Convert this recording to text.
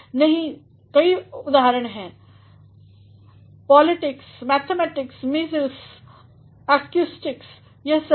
नहीं कई उदाहरण हैं पॉलीटिक्स मैथमैटिक्स मीज़ल्स अकूस्टिक्स यह सभी